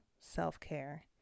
self-care